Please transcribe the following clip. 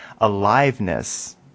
aliveness